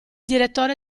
direttore